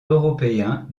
européen